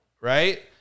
right